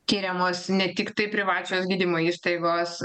tiriamos ne tiktai privačios gydymo įstaigos